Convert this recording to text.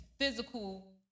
physical